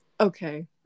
okay